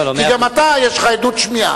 כי גם אתה, יש לך עדות שמיעה.